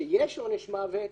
שיש עונש מוות,